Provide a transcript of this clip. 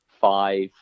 Five